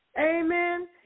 Amen